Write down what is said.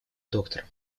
доктором